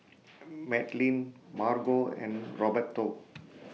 Madlyn Margo and Roberto